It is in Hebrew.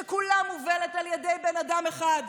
שכולה מובלת על ידי בן אדם אחד,